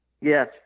Yes